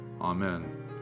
Amen